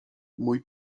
mój